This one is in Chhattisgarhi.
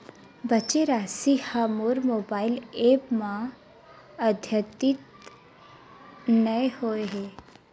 बचे राशि हा मोर मोबाइल ऐप मा आद्यतित नै होए हे